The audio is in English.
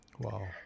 Wow